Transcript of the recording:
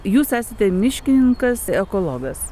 jūs esate miškininkas ekologas